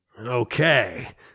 Okay